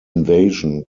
invasion